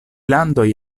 landoj